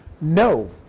no